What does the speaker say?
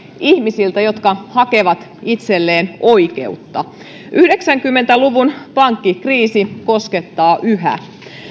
ihmisiltä jotka hakevat itselleen oikeutta yhdeksänkymmentä luvun pankkikriisi koskettaa yhä